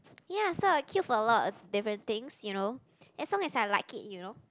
ya so I'll queue for a lot of different things you know as long as I like it you know